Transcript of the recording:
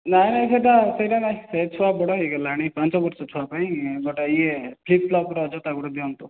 ନାହିଁ ନାହିଁ ସେଇଟା ସେଇଟା ନାହିଁ ସେ ଛୁଆ ବଡ଼ ହେଇଗଲାଣି ପାଞ୍ଚ ବର୍ଷ ଛୁଆ ପାଇଁ ଗୋଟେ ଇଏ ଫ୍ଲିପଫ୍ଲପର ଜୋତା ଗୋଟେ ଦିଅନ୍ତୁ